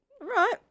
right